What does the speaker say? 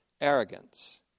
arrogance